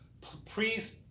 please